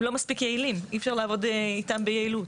לא מספיק יעילים ואי-אפשר לעבוד איתם ביעילות.